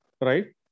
right